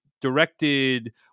directed